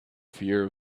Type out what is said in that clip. fear